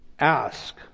ask